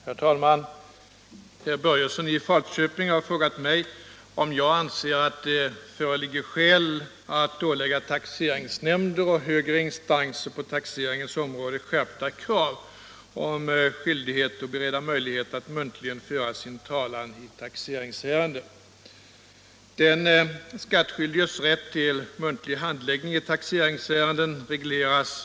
Herr talman! Herr Börjesson i Falköping har frågat mig om jag anser att det föreligger skäl att ålägga taxeringsnämnder och högre instanser på taxeringens område skärpta krav på skyldighet att bereda möjlighet att muntligen föra sin talan i taxeringsärende.